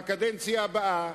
בקדנציה הבאה,